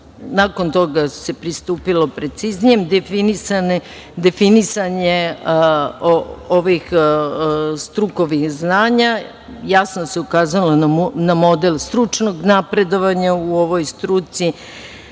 Nakon toga se pristupilo preciznijem definisanju ovih strukovnih znanja, jasno se ukazalo na model stručnog napredovanja u ovoj struci. Imali